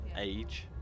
age